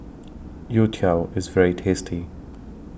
Youtiao IS very tasty